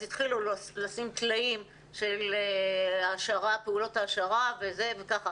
התחילו לשים טלאים של פעולות העשרה וכן הלאה.